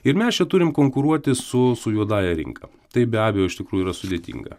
ir mes čia turim konkuruoti su su juodąja rinka tai be abejo iš tikrųjų yra sudėtinga